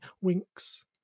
winks